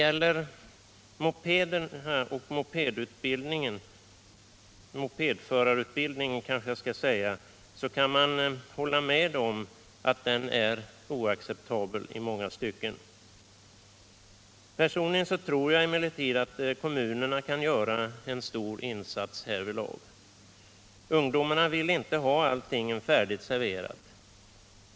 Vad sedan gäller mopedförarutbildningen kan man hålla med om att den i många stycken är oacceptabel. Personligen tror jag dock att kommunerna där kan göra en stor insats. Ungdomarna vill inte ha allting färdigserverat.